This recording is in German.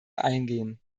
eingehen